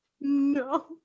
no